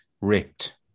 ripped